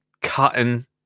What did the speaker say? cutting